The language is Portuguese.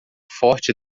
forte